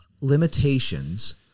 limitations